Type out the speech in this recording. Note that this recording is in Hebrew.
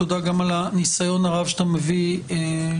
תודה גם על הניסיון הרב שאתה מביא לשולחן.